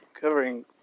covering